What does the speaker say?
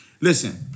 Listen